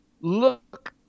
look